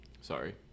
Sorry